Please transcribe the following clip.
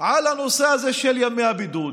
על הנושא הזה של ימי הבידוד